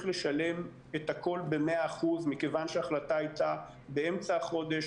לשלם את הכול במאה אחוז מכיוון שההחלטה היתה באמצע החודש,